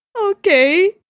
Okay